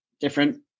different